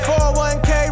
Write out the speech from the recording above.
401k